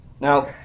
Now